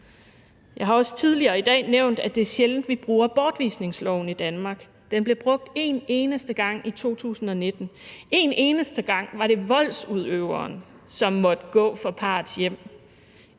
Jeg har også tidligere i dag nævnt, at det er sjældent, vi bruger bortvisningsloven i Danmark. Den blev brugt en eneste gang i 2019. En eneste gang var det voldsudøveren, som måtte gå fra parrets hjem.